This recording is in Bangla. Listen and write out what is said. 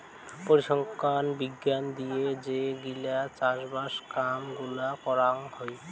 পরিসংখ্যান বিজ্ঞান দিয়ে যে গিলা চাষবাস কাম গুলা করাং হই